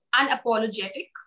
unapologetic